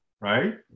right